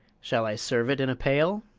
shall i serve it in a pail?